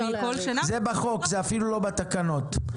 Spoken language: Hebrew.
זה בחוק, זה אפילו לא בתקנות.